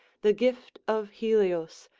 the gift of helios,